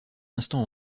instant